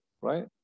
right